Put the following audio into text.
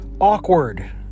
awkward